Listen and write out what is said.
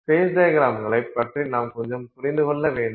face டையக்ரம்களைப் பற்றி நாம் கொஞ்சம் புரிந்து கொள்ள வேண்டும்